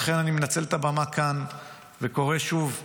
לכן, אני מנצל את הבמה כאן וקורא שוב לממשלה,